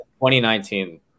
2019